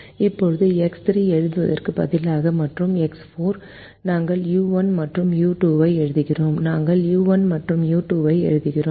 இப்போது X3 எழுதுவதற்கு பதிலாக மற்றும் எக்ஸ் 4 நாங்கள் u1 மற்றும் u2 ஐ எழுதுகிறோம் நாங்கள் u1 மற்றும் u2 ஐ எழுதுகிறோம்